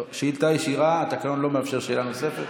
שאילתה ישירה, התקנון לא מאפשר שאלה נוספת.